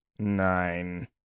Nine